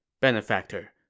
Benefactor